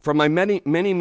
from my many many